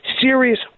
serious